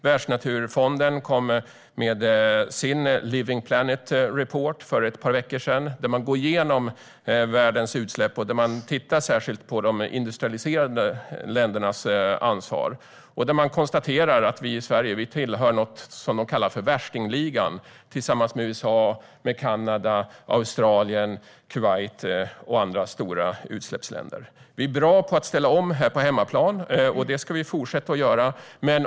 Världsnaturfonden lade fram sin Living Planet Report för ett par veckor sedan, där man går igenom utsläppen i världen och tittar särskilt på de industrialiserade ländernas ansvar. Man konstaterar att Sverige tillhör vad man kallar värstingligan tillsammans med USA, Kanada, Australien, Kuwait och andra stora utsläppsländer. Vi är bra på att ställa om på hemmaplan, och det ska vi fortsätta att göra.